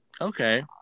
okay